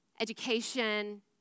education